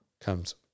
comes